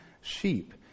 sheep